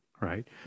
right